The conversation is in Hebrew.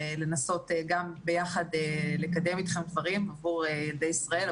ונסות גם ביחד לקדם אתכם דברים עבור ילדי ישראל,